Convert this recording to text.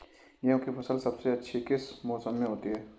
गेंहू की फसल सबसे अच्छी किस मौसम में होती है?